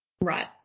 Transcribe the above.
Right